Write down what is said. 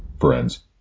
Friends